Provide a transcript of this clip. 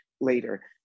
later